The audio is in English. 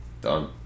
Done